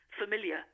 familiar